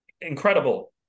incredible